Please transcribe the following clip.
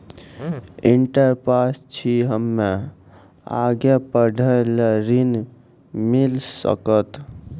Inter pass छी हम्मे आगे पढ़े ला ऋण मिल सकत?